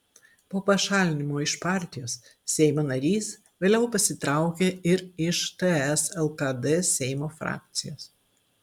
po pašalinimo iš partijos seimo narys vėliau pasitraukė ir iš ts lkd seimo frakcijos